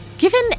Given